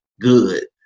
good